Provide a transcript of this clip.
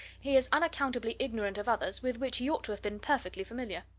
he is unaccountably ignorant of others with which he ought to have been perfectly familiar.